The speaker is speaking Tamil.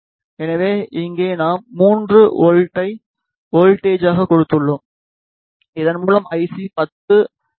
எனவே இங்கே நாம் 3 வோல்ட்டை வோல்ட்டேஜாக கொடுத்துள்ளோம் இதன் மூலம் ஐசி 10 எம்